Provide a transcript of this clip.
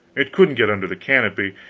it couldn't get under the canopy,